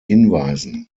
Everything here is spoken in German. hinweisen